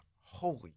holy